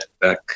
back